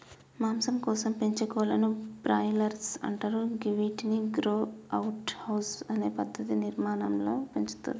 మాంసం కోసం పెంచే కోళ్లను బ్రాయిలర్స్ అంటరు గివ్విటిని గ్రో అవుట్ హౌస్ అనే పెద్ద నిర్మాణాలలో పెంచుతుర్రు